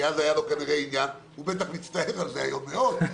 כי אז היה לו כנראה עניין הוא בטח מצטער על זה היום מאוד,